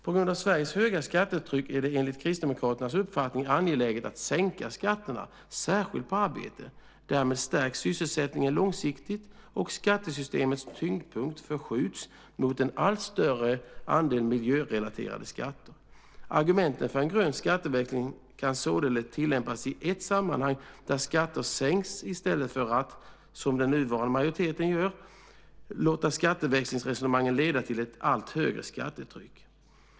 På grund av Sveriges höga skattetryck är det enligt Kristdemokraternas uppfattning angeläget att sänka skatterna, särskilt på arbete. Därmed stärks sysselsättningen långsiktigt och skattesystemets tyngdpunkt förskjuts mot en allt större andel miljörelaterade skatter. Argumenten för en grön skatteväxling kan således tillämpas i ett sammanhang där skatter sänks i stället för att man, som den nuvarande majoriteten gör, låter skatteväxlingsresonemangen leda till ett allt högre skattetryck.